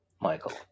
Michael